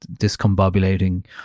discombobulating